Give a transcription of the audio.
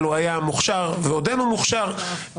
אבל היה מוכשר ועודנו מוכשר,